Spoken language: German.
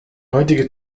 heutige